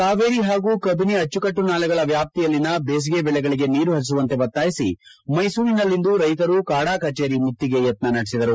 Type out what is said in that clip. ಕಾವೇರಿ ಹಾಗೂ ಕಬಿನಿ ಅಚ್ಚುಕಟ್ಟು ನಾಲೆಗಳ ವ್ಯಾಪ್ತಿಯಲ್ಲಿನ ಬೇಸಿಗೆ ಬೆಳೆಗಳಿಗೆ ನೀರು ಪರಿಸುವಂತೆ ಒತ್ತಾಯಿಸಿ ಮೈಸೂರಿನಲ್ಲಿಂದು ರೈತರು ಕಾಡಾ ಕಚೇರಿ ಮುತ್ತಿಗೆ ಯತ್ನ ನಡೆಸಿದರು